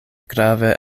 grave